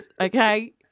okay